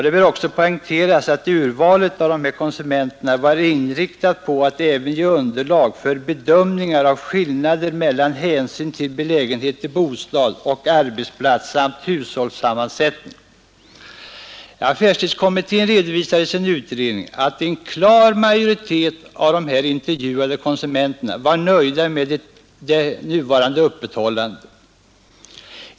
Det bör också poängteras att urvalet av dessa konsumenter var inriktat på att även ge underlag för bedömningar av skillnader med hänsyn till belägenhet av bostad och arbetsplats samt hushållssammansättning. Affärstidskommittén redovisar i sin utredning att en klar majoritet av dessa intervjuade konsumenter var nöjda med nuvarande öppethållande.